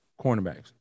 cornerbacks